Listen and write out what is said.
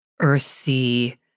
earthy